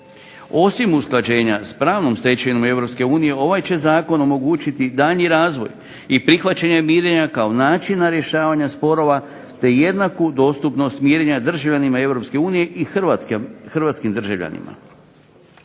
Osim usklađenja s pravnom stečevinom Europske unije ovaj će zakon omogućiti daljnji razvoj i prihvaćanje mirenja kao načina rješavanja sporova te jednaku dostupnost mirenja državljanima Europske unije i hrvatskim državljanima.